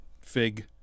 fig